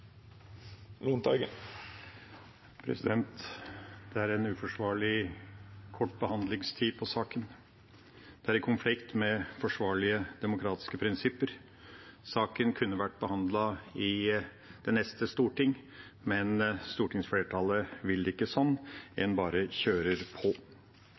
Det er en uforsvarlig kort behandlingstid på saken. Det er i konflikt med forsvarlige demokratiske prinsipper. Saken kunne vært behandlet i det neste storting, men stortingsflertallet vil det ikke sånn. En bare kjører på.